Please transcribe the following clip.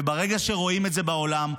וברגע שרואים את זה בעולם,